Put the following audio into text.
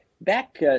back